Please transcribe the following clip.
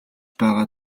байгаа